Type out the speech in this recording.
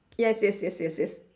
yes yes yes yes yes